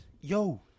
Yo